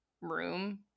room